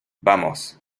vamos